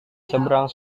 seberang